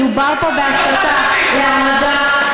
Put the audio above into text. מדובר פה בהסתה להמרדה,